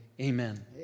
amen